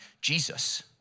Jesus